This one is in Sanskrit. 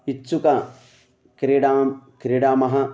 इच्चुकां क्रीडां क्रीडामः